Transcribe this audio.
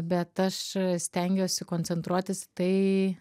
bet aš stengiuosi koncentruotis į tai